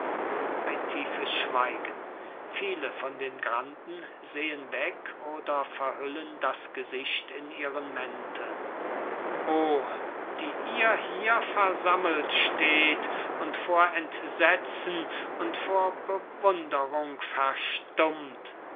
ein tiefes schweigen viele von den granden sehen weg oder verhüllen das gesicht in ihren mänteln o die ihr hier versammelt steht und vor entsetzen und vor bewunderung verstummt